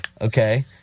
okay